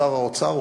שר האוצר,